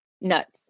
nuts